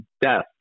death